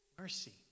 Mercy